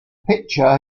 pitcher